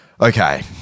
Okay